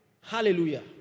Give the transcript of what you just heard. Hallelujah